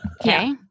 okay